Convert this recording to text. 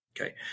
Okay